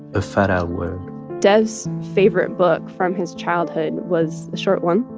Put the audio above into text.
a fatal word. debs' favorite book from his childhood was a short one.